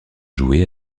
jouer